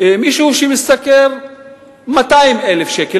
מישהו שמשתכר 200,000 שקל,